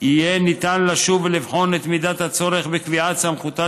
יהיה ניתן לשוב ולבחון את מידת הצורך בקביעת סמכותה